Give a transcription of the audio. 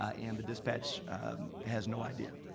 ah and the dispatch has no idea,